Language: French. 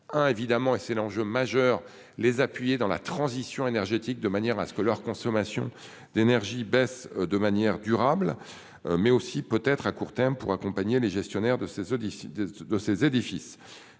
Hein. Évidemment et c'est l'enjeu majeur les appuyer dans la transition énergétique, de manière à ce que leur consommation d'énergie, baisse de manière durable. Mais aussi peut-être à court terme pour accompagner les gestionnaires de ces auditions.